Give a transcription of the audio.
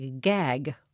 Gag